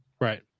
right